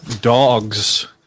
dogs